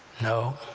no,